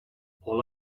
all